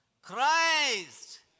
Christ